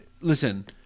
Listen